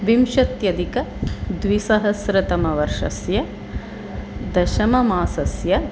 विंशत्यधिकद्विसहस्रतमवर्षस्य दशममासस्य